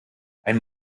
ein